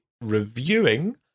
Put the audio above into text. reviewing